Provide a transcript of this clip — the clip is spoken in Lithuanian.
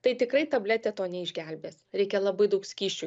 tai tikrai tabletė to neišgelbės reikia labai daug skysčių